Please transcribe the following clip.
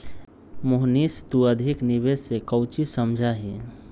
मोहनीश तू अधिक निवेश से काउची समझा ही?